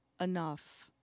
enough